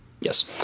Yes